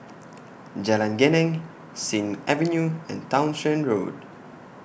Jalan Geneng Sing Avenue and Townshend Road